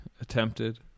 attempted